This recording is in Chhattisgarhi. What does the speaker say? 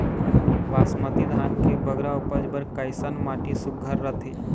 बासमती धान के बगरा उपज बर कैसन माटी सुघ्घर रथे?